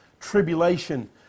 tribulation